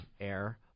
air